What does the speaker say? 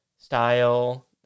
style